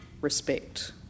respect